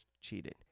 cheated